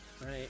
right